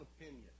opinion